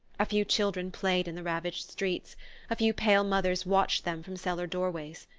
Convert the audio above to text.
a few children played in the ravaged streets a few pale mothers watched them from cellar doorways.